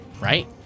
right